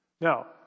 Now